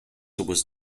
also